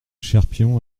cherpion